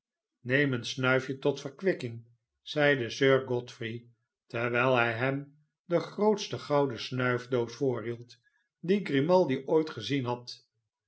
neem een snuifje tot verkwikking zeide sir godfrey terwijl hij hem de grootste gouden snuifdoos voorhield die grimaldi ooit gezien had